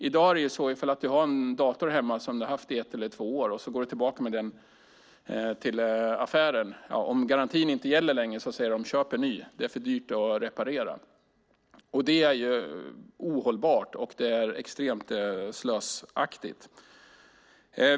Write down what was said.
I dag är det ju så att man går tillbaka till affären med en dator som man haft i ett eller två år och som behöver repareras. Om garantin inte längre gäller säger de i affären: Köp en ny! Det är för dyrt att reparera. Detta är ohållbart och extremt slösaktigt.